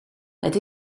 het